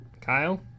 kyle